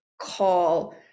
call